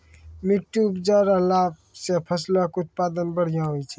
मट्टी उपजाऊ रहला से फसलो के उत्पादन बढ़िया होय छै